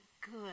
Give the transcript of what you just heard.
good